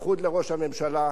בייחוד לראש הממשלה.